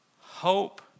hope